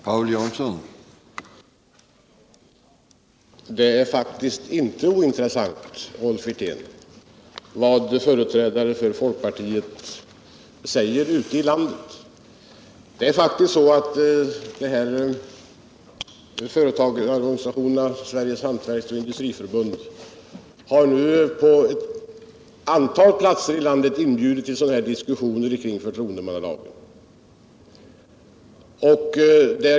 Herr talman! Det är faktiskt inte ointressant, Rolf Wirtén, vad företrädare för folkpartiet säger ute i landet. Sveriges hantverksoch industriorganisation har nu på ett antal platser i landet inbjudit till diskussioner om förtroendemannalagen.